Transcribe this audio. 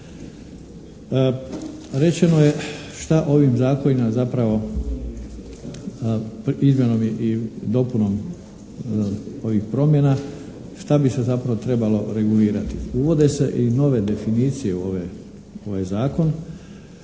Rečeno je što ovim zakonima zapravo izmjenom i dopunom ovih promjena što bi se zapravo trebalo regulirati. Uvode se i nove definicije u ovaj zakon,